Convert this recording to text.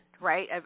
right